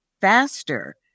faster